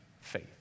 faith